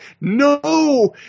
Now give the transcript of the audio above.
no